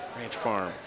Ranch-farm